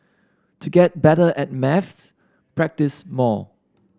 to get better at maths practise more